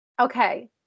Okay